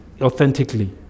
authentically